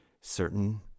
certain